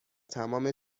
تمام